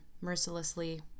mercilessly